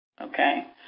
Okay